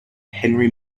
henry